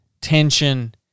tension